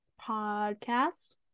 Podcast